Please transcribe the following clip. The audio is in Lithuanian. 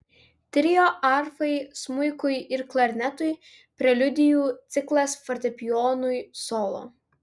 trio arfai smuikui ir klarnetui preliudijų ciklas fortepijonui solo